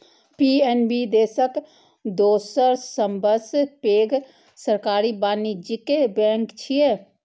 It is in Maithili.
पी.एन.बी देशक दोसर सबसं पैघ सरकारी वाणिज्यिक बैंक छियै